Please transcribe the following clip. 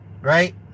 right